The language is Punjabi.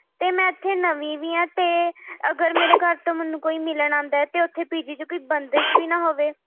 ਅਤੇ ਮੈਂ ਇੱਥੇ ਨਵੀਂ ਵੀ ਹਾਂ ਅਤੇ ਅਗਰ ਮੇਰੇ ਘਰ ਤੋਂ ਮੈਨੂੰ ਕੋਈ ਮਿਲਣ ਆਉਂਦਾ ਹੈ ਤੇ ਉੱਥੇ ਪੀ ਜੀ 'ਚ ਕੋਈ ਬੰਦਿਸ਼ ਵੀ ਨਾ ਹੋਵੇ